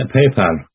PayPal